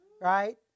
right